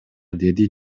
деди